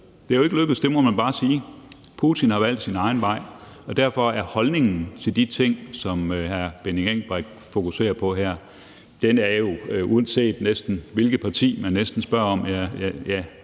Det er jo ikke lykkedes, må man bare sige. Putin har valgt sin egen vej, og derfor er holdningen til Rusland og de ting, som hr. Benny Engelbrecht fokuserer på her – næsten uanset hvilket parti man spørger,